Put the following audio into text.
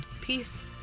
peace